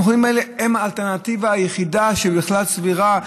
המכונים האלה הם האלטרנטיבה היחידה שבכלל סבירה,